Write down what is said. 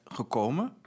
gekomen